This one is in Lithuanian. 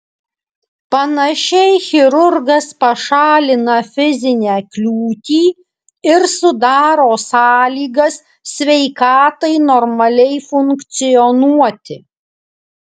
panašiai chirurgas pašalina fizinę kliūtį ir sudaro sąlygas sveikatai normaliai funkcionuoti